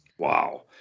Wow